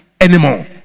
anymore